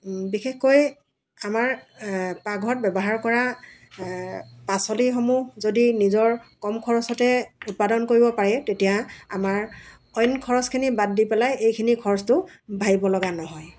বিশেষকৈ আমাৰ পাকঘৰত ব্যৱহাৰ কৰা পাচলিসমূহ যদি নিজৰ কম খৰচতে উৎপাদন কৰিব পাৰে তেতিয়া আমাৰ অইন খৰচখিনি বাদ দি পেলাই এইখিনি খৰচটো ভাবিব লগা নহয়